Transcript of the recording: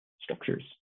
structures